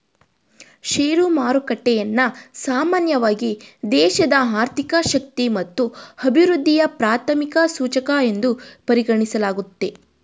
share ಮಾರುಕಟ್ಟೆಯನ್ನ ಸಾಮಾನ್ಯವಾಗಿ ದೇಶದ ಆರ್ಥಿಕ ಶಕ್ತಿ ಮತ್ತು ಅಭಿವೃದ್ಧಿಯ ಪ್ರಾಥಮಿಕ ಸೂಚಕ ಎಂದು ಪರಿಗಣಿಸಲಾಗುತ್ತೆ